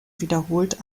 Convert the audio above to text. wiederholt